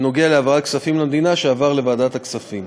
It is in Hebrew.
שנוגע להעברת כספים למדינה, שעבר לוועדת הכספים.